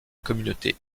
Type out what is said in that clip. communauté